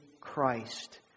Christ